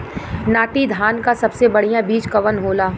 नाटी धान क सबसे बढ़िया बीज कवन होला?